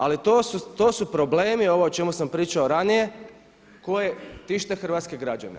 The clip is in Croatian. Ali to su problemi, ovo o čemu sam pričao ranije, koji tište hrvatske građane.